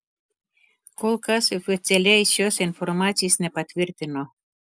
kol kas oficialiai šios informacijos nepatvirtino